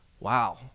Wow